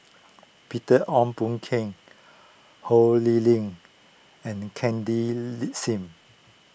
Peter Ong Boon Ken Ho Lee Ling and Cindy Lee Sim